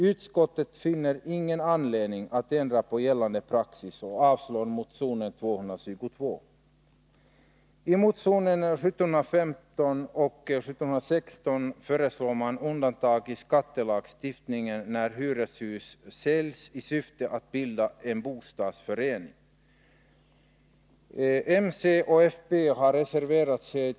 Utskottet finner ingen anledning att ändra på gällande praxis och avstyrker motion 222. Herr talman!